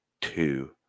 two